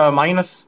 minus